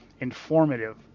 informative